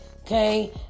Okay